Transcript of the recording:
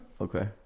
Okay